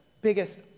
biggest